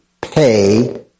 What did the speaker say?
pay